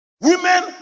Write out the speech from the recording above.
women